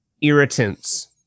irritants